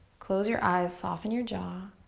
close your eyes, soften your jaw.